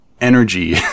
energy